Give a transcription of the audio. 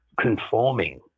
conforming